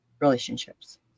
relationships